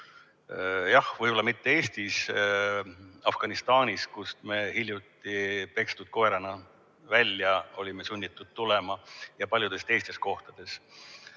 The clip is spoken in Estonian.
Jah, võib-olla mitte Eestis. Aga näiteks Afganistanis, kust me hiljuti pekstud koerana välja olime sunnitud tulema, ja paljudes teistes kohtades.